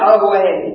away